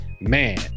man